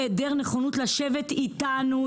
היעדר נכונות לשבת איתנו,